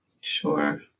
Sure